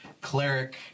cleric